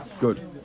Good